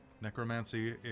Necromancy